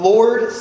Lord